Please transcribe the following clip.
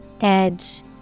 Edge